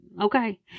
Okay